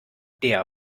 der